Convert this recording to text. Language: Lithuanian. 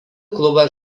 klubas